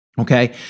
Okay